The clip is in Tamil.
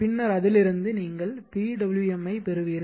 பின்னர் அதிலிருந்து நீங்கள் PWM ஐ பெறுவீர்கள்